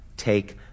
take